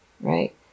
Right